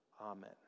Amen